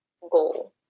goal